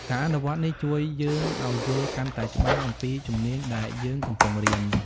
ការអនុវត្តនេះជួយយើងឲ្យយល់កាន់តែច្បាស់អំពីជំនាញដែលយើងកំពុងរៀន។